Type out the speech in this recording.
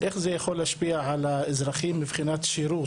תשפיע על האזרחים מבחינת שירות.